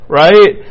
right